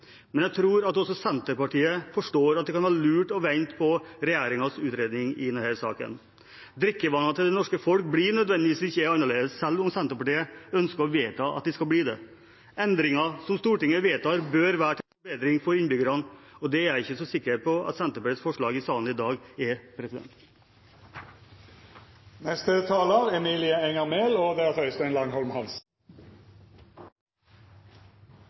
Men jeg tror at også Senterpartiet forstår at det kan være lurt å vente på regjeringens utredning i denne saken. Drikkevanene til det norske folk blir ikke nødvendigvis annerledes selv om Senterpartiet ønsker å vedta at de skal bli det. Endringer som Stortinget vedtar, bør være til forbedring for innbyggerne, og det er jeg ikke sikker på at Senterpartiets forslag i salen i dag er. På noen av de representantene vi har hørt fra talerstolen i dag, kan det høres ut som at Senterpartiet har en rekke skjulte og